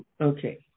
Okay